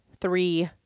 three